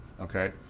okay